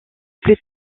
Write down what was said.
plus